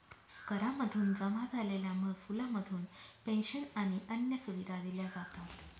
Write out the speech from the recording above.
करा मधून जमा झालेल्या महसुला मधून पेंशन आणि अन्य सुविधा दिल्या जातात